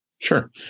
Sure